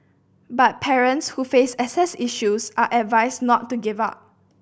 but parents who face access issues are advised not to give up